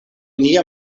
nia